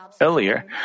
Earlier